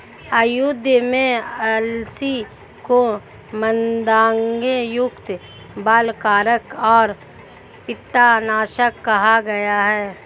आयुर्वेद में अलसी को मन्दगंधयुक्त, बलकारक और पित्तनाशक कहा गया है